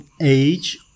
age